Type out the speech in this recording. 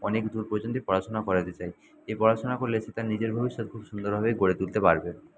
অনেক দূর পর্যন্তই পড়াশুনা করাতে চাই এই পড়াশুনা করলে সে তার নিজের ভবিষ্যত খুব সুন্দরভাবেই গড়ে তুলতে পারবে